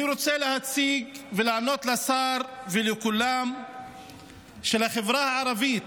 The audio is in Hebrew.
אני רוצה להציג ולענות לשר ולכולם שלחברה הערבית